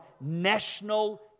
national